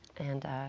and